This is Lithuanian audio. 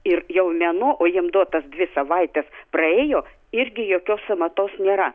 ir jau menu o jom duotos dvi savaitės praėjo irgi jokios sąmatos nėra